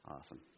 awesome